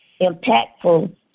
impactful